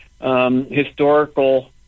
historical